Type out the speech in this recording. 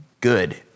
good